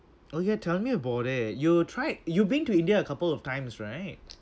oh yeah tell me about it you tried you been to india a couple of times right